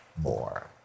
more